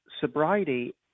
sobriety